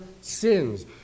sins